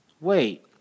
Wait